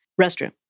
restroom